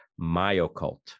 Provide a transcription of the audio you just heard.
myocult